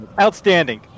Outstanding